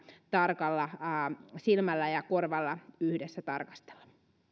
tarkalla silmällä ja korvalla yhdessä tarkastella